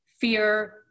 fear